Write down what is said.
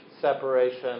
separation